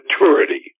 maturity